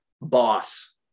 boss